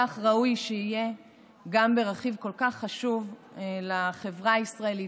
כך ראוי שיהיה גם ברכיב כל כך חשוב לחברה הישראלית,